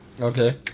Okay